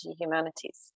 humanities